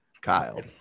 Kyle